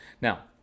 Now